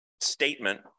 statement